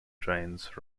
trains